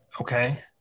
Okay